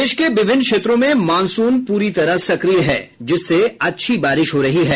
प्रदेश के विभिन्न क्षेत्रों में मॉनसून सक्रिय है जिससे अच्छी बारिश हो रही है